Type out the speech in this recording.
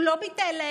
הוא לא ביטל להם,